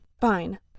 Fine